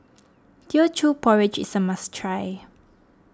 Teochew Porridge is a must try